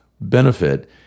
benefit